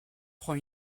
prend